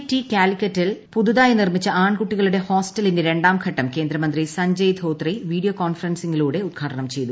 T കാലിക്കറ്റിൽ പുതുതായി നിർമ്മിച്ച ആൺകുട്ടികളുടെ ഹോസ്റ്റലിന്റെ രണ്ടാം ഘട്ടം കേന്ദ്രമന്ത്രി സഞ്ജയ് ധോത്രെ വീഡിയോ കോൺഫറൻസിലൂടെ ഉദ്ഘാടനം ചെയ്തു